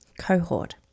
cohort